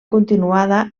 continuada